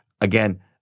again